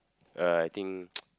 uh I think